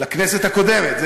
לכנסת הקודמת.